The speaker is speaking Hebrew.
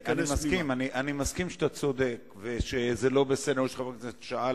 אני מסכים שאתה צודק וזה לא בסדר שחבר כנסת שאל,